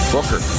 Booker